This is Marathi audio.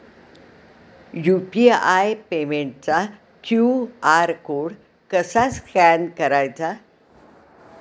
यु.पी.आय पेमेंटचा क्यू.आर कोड कसा स्कॅन करायचा?